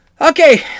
Okay